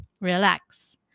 relax